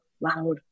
loud